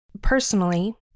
Personally